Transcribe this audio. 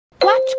Watch